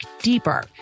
deeper